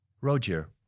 Roger